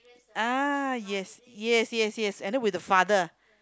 ah yes yes yes yes and then with the father